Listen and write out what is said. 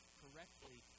correctly